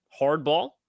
hardball